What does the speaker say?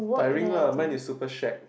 tiring lah mine is super shake